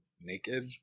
naked